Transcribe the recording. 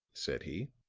said he.